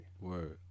Word